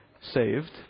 saved